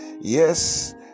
Yes